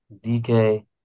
DK